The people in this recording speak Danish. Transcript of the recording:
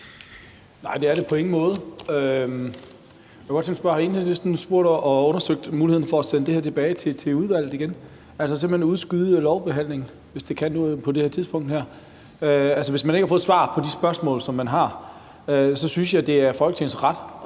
Nej, det er på ingen måde fyldestgørende. Jeg kunne godt tænke mig at spørge, om Enhedslisten har undersøgt muligheden for at sende det her tilbage til udvalget igen, altså simpelt hen udskyde lovbehandlingen, hvis det kan lade sig gøre på det her tidspunkt. Hvis man ikke har fået svar på de spørgsmål, som man har, så synes jeg, at det er Folketingets